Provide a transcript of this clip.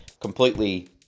completely